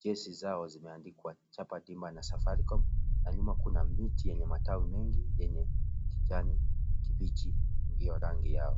Jezi zao zimeandikwa chapa dimba na Safaricom na nyuma kuna miti ya matawi mengi yenye kijani kibichi ndiyo rangi yao.